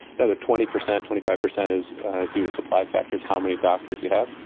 another twenty per cent, twenty five per cent is due to supply factors how many doctors you have.